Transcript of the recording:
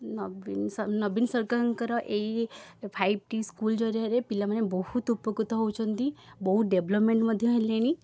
ନବୀନ ସ ନବୀନ ସରକାରଙ୍କର ଏଇ ଫାଇବ୍ ଟି ସ୍କୁଲ୍ ଜରିଆରେ ପିଲାମାନେ ବହୁତ ଉପକୃତ ହେଉଛନ୍ତି ବହୁତ ଡେଭଲପମେଣ୍ଟ ମଧ୍ୟ ହେଲେଣି